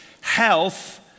health